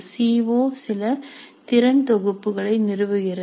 C O சில திறன் தொகுப்புகளை நிறுவுகிறது